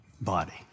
body